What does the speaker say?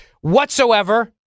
whatsoever